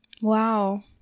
Wow